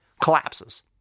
collapses